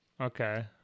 Okay